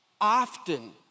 often